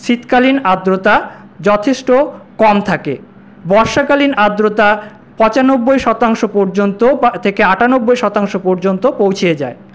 শীতকালীন আর্দ্রতা যথেষ্ট কম থাকে বর্ষাকালীন আর্দ্রতা পঁচানব্বই শতাংশ পর্যন্ত থেকে আটানব্বই শতাংশ পর্যন্ত পৌঁছে যায়